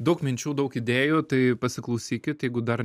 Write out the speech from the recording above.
daug minčių daug idėjų tai pasiklausykit jeigu dar